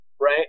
right